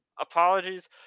Apologies